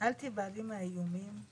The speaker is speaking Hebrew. של